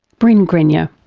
brin grenyer.